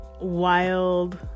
wild